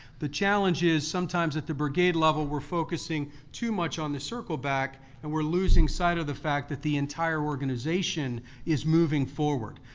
the challenge is sometimes at the brigade level, we're focusing too much on the circle back and we're losing sight of the fact that the entire organization is moving forward.